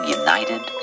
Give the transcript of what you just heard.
united